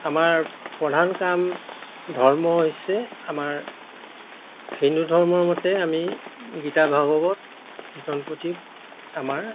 আমাৰ প্ৰধান কাম ধৰ্ম হৈছে আমাৰ হিন্দু ধৰ্মৰ মতে আমি গীতা ভাগৱত কীৰ্তন প্ৰতীক আমাৰ